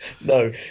No